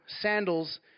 sandals